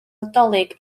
nadolig